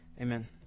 Amen